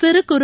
சிறு குறு